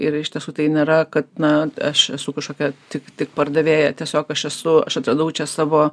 ir iš tiesų tai nėra kad na aš esu kažkokia tik tik pardavėja tiesiog aš esu aš atradau čia savo